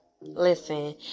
Listen